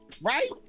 right